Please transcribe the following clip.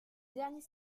dernier